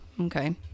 Okay